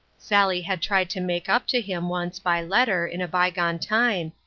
sally had tried to make up to him once, by letter, in a bygone time,